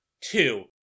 Two